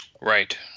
right